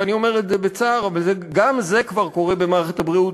ואני אומר את זה בצער אבל גם זה כבר קורה במערכת הבריאות,